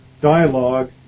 dialogue